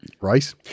right